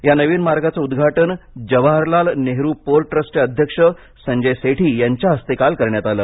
या नवीन मार्गाचे उद्घाटन जवाहरलाल नेहरू पोर्टट्रस्टचे अध्यक्ष संजय सेठी यांच्या हस्ते काल करण्यात आलं